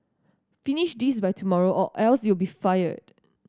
finish this by tomorrow or else you'll be fired